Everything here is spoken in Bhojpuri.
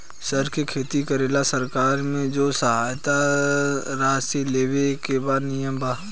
सर के खेती करेला सरकार से जो सहायता राशि लेवे के का नियम बा?